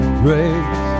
grace